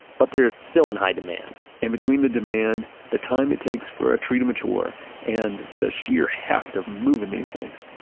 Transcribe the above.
but they're still in high demand and between the demand, the time it takes for a tree to mature and the sheer haft to moving these things,